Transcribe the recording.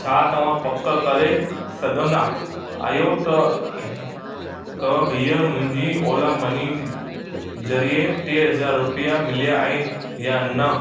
छा तव्हां पक करे सघंदा आहियो त ही त हीअंर मुंहिंजी ओला मनी ज़रिए टे हज़ार रुपिया मिलिया आहिनि या न